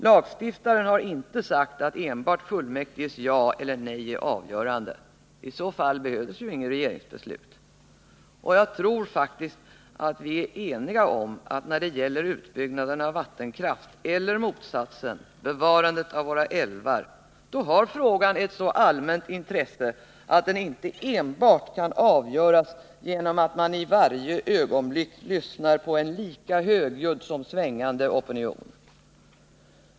Lagstiftaren har inte sagt att enbart fullmäktiges ja eller nej är avgörande — i så fall behövs inget regeringsbeslut. Och jag tror faktiskt att vi alla är eniga om att när det gäller utbyggnaden av vattenkraft — eller motsatsen: bevarandet av våra älvar — då har frågan ett så allmänt intresse att den inte enbart kan avgöras genom att man i varje ögonblick lyssnar på en lika högljudd som svängande opinion.